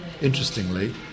interestingly